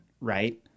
right